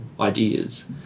ideas